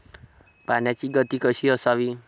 पाण्याची गती कशी असावी?